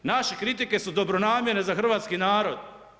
Naše kritike su dobronamjerne za hrvatski narod.